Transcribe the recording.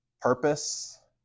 purpose